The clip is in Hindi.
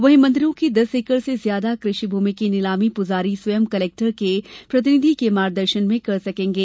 वहीं मंदिरों की दस एकड़ से ज्यादा कृषि भूमि की नीलामी पुजारी स्वयं कलेक्टर के प्रतिनिधि के मार्गदर्शन में कर सकेंगे